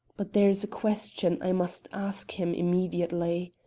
but there is a question i must ask him immediately.